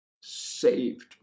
saved